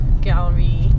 gallery